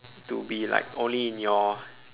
to be like only in your